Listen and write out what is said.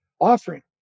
offering